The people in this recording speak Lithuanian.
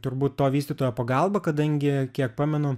turbūt to vystytojo pagalba kadangi kiek pamenu